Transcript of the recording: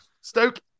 Stoke